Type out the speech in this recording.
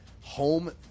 home